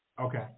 Okay